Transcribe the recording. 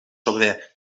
sobre